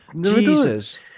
Jesus